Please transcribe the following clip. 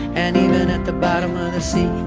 and even at the bottom of the sea,